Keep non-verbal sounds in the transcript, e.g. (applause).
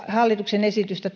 hallituksen esitystä (unintelligible)